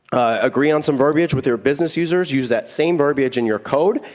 agree on some verbiage with your business users. use that same verbiage in your code,